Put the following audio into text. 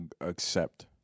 accept